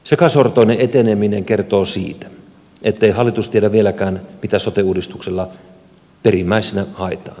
sekasortoinen eteneminen kertoo siitä ettei hallitus tiedä vieläkään mitä sote uudistuksella perimmäisenä haetaan